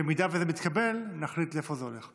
ואם זה מתקבל נחליט לאיפה זה הולך,